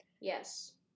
Yes